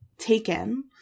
taken